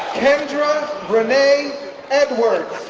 kendra renee edwards,